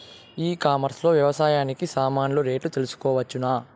ఈ కామర్స్ లో వ్యవసాయానికి సామాన్లు రేట్లు తెలుసుకోవచ్చునా?